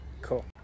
Cool